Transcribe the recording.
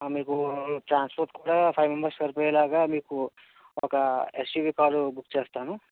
మీకు ట్రాన్స్పోర్ట్ కూడా five members సరిపోయేలాగా మీకు ఒక ఎస్యువి కారు బుక్ చేస్తాను